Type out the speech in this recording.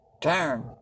turn